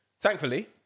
Thankfully